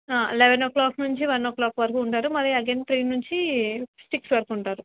eleven o'clock నుంచి one o'clock వరకు ఉంటారు మళ్ళీ అగైన్ త్రీ నుంచి సిక్స్ వరకు ఉంటారు